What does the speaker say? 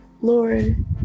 lord